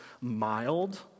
mild